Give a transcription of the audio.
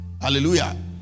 Hallelujah